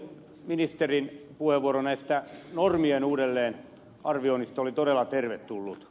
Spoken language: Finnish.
ministerin puheenvuoro normien uudelleenarvioinnista oli todella tervetullut